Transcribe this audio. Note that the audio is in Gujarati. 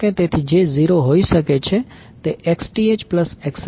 તેથી જે 0 હોઈ શકે છે તે Xth XL છે